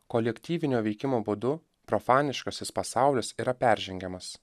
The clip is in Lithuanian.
kolektyvinio veikimo būdu profaniškasis pasaulis yra peržengiamas